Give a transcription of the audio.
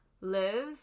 live